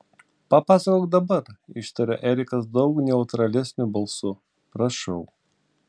papasakok dabar ištarė erikas daug neutralesniu balsu prašau